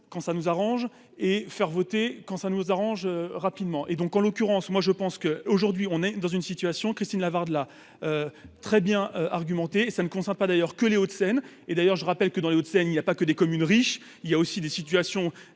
quand ça nous arrange et faire voter quand ça nous arrange rapidement et donc en l'occurrence, moi je pense que, aujourd'hui, on est dans une situation Christine Lavarde là très bien argumenté, ça ne concerne pas d'ailleurs que les Hauts-de-Seine et d'ailleurs, je rappelle que, dans les Hauts-de-Seine, il y a pas que des communes riches, il y a aussi des situations